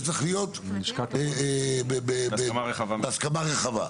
זה צריך להיות בהסכמה רחבה.